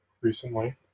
recently